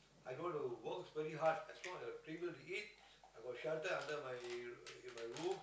I go to work very hard as long as I have a table to eat I got a shelter under my my roof